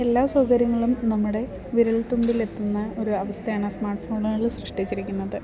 എല്ലാ സൗകര്യങ്ങളും നമ്മുടെ വിരൽ തുമ്പിൽ എത്തുന്ന ഒരു അവസ്ഥയാണ് സ്മാർട്ട് ഫോണുകളിൽ സൃഷ്ടിച്ചിരിക്കുന്നത്